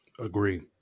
Agree